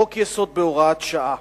חוק-יסוד בהוראת שעה,